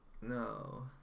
No